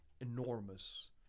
Enormous